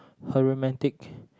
her romantic